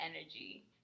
energy